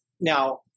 Now